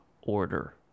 order